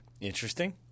Interesting